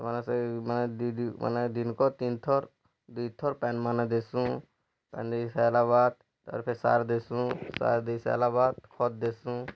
ମାନେ ସେଇ ମାନେ ଦି ଦି ମାନେ ଦିନ୍କ ତିନି ଥର୍ ଦି ଥର୍ ପାନ ମାନେ ଦେସୁ ପାନି ଦେଇ ସାଇଲା ବାଦ୍ ତାର୍ ଫିର୍ ସାର୍ ଦେସୁଁ ସାର୍ ଦେଇ ସାଇଲା ବାଦ୍ ଖତ୍ ଦେସୁ